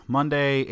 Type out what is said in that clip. Monday